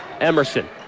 Emerson